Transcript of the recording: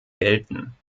gelten